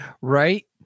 Right